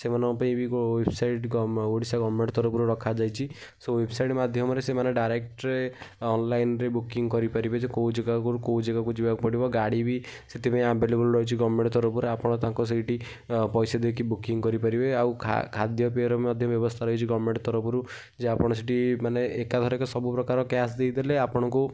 ସେମାନଙ୍କ ପାଇଁ ବି ୱେବ୍ସାଇଟ୍ ଓଡ଼ିଶା ଗଭର୍ଣ୍ଣମେଣ୍ଟ୍ ତରଫରୁ ରଖାଯାଇଛି ସେ ୱେବ୍ସାଇଟ୍ରେ ମାଧ୍ୟମରେ ସେମାନେ ଡାଇରେକ୍ଟ୍ ଅନଲାଇନ୍ରେ ବୁକିଂ କରିପାରିବେ ଯେ କେଉଁ ଜାଗା ଆଗରୁ କେଉଁ ଜାଗାକୁ ଯିବାକୁ ପଡ଼ିବ ଗାଡ଼ିବି ସେଥିପାଇଁ ଆଭେଲେବଲ୍ ରହିଚି ଗଭର୍ଣ୍ଣମେଣ୍ଟ୍ ତରଫରୁ ଆପଣ ତାଙ୍କୁ ସେଇଠି ପଇସା ଦେଇକି ବୁକିଂ କରିପାରିବେ ଆଉ ଖାଦ୍ୟପେୟର ମଧ୍ୟ ବ୍ୟବସ୍ଥା ରହିଛି ଗଭର୍ଣ୍ଣମେଣ୍ଟ୍ ତରଫରୁ ଯେ ଆପଣ ସେଇଠି ମାନେ ଏକା ଥରକେ ସବୁପ୍ରକାର କ୍ୟାସ୍ ଦେଇପାରିଲେ ଆପଣଙ୍କୁ